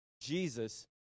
Jesus